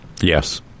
Yes